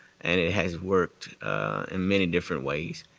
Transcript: and it has worked in many different ways.